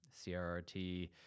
CRRT